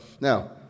now